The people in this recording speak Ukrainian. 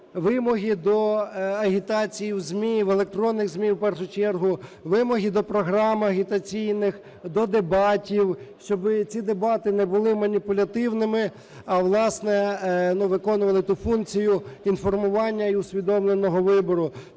вимоги до агітації у ЗМІ, в електронних ЗМІ в першу чергу, вимоги до програм агітаційних, до дебатів, щоби ці дебати не були маніпулятивними, а, власне, ну, виконували ту функцію інформування і усвідомленого вибору.